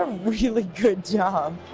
um really good job!